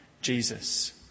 Jesus